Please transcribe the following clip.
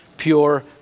pure